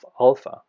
alpha